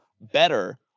better